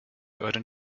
euren